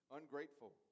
ungrateful